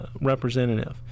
representative